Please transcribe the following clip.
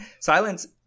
silence